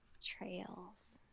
Trails